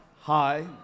Hi